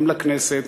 גם לכנסת,